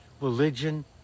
religion